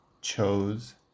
chose